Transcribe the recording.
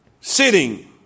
sitting